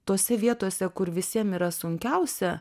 tose vietose kur visiem yra sunkiausia